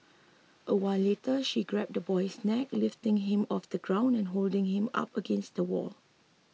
a while later she grabbed the boy's neck lifting him off the ground and holding him up against the wall